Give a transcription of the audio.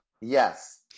Yes